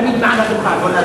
תמיד מעל הדוכן,